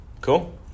Cool